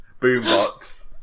boombox